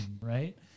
right